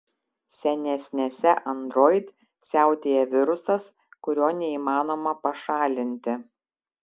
senesnėse android siautėja virusas kurio neįmanoma pašalinti